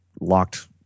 locked